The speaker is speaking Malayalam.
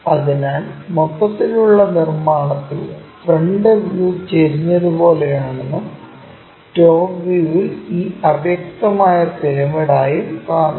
അതിനാൽ മൊത്തത്തിലുള്ള നിർമ്മാണത്തിൽ ഫ്രണ്ട് വ്യൂ ചെരിഞ്ഞതുപോലെയാണെന്നും ടോപ് വ്യൂവിൽ ഈ അവ്യക്തമായ പിരമിഡ് ആയും കാണുന്നു